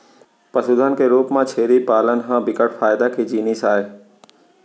पसुधन के रूप म छेरी पालन ह बिकट फायदा के जिनिस आय